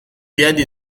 piedi